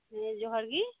ᱦᱮᱸ ᱡᱚᱦᱟᱸᱨ ᱜᱤ